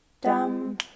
dum